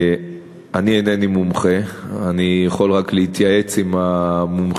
אני אינני מומחה, אני יכול רק להתייעץ עם המומחים.